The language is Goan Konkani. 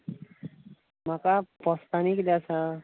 म्हाका पोस्तांनीं कितें आसा